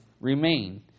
remain